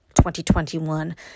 2021